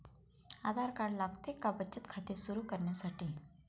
आधार card लागते का बचत खाते सुरू करण्यासाठी?